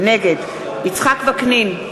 נגד יצחק וקנין,